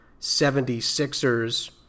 76ers